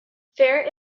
fare